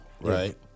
right